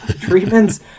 treatments